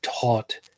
taught